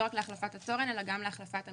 לא רק להחלפת התורן אלא גם להחלפת המתקן,